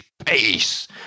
Space